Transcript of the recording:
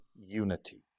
unity